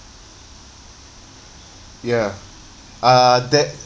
ya uh that